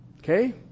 Okay